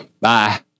Bye